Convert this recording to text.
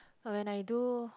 when I do